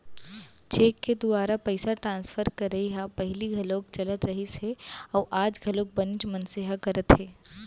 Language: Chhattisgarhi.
चेक के दुवारा पइसा ट्रांसफर करई ह पहिली घलौक चलत रहिस हे अउ आज घलौ बनेच मनसे ह करत हें